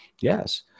Yes